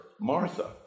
Martha